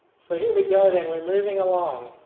so here we go then. we're moving along,